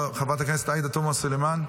חברת הכנסת עאידה תומא סלימאן,